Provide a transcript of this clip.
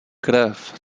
krev